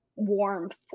warmth